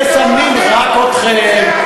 מסמנים רק אתכם,